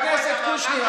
חבר הכנסת קושניר,